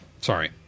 Sorry